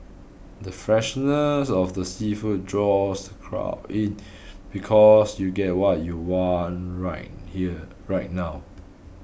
the freshness of the seafood draws crowd in because you'll get what you want right here right now